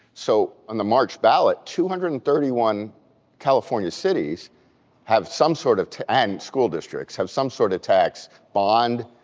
so on the march ballot, two hundred and thirty one california cities have some sort of and school districts have some sort of tax, bond,